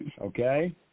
Okay